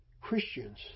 Christians